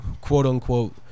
quote-unquote